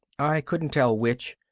i couldn't tell which,